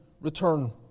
return